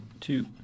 two